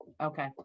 Okay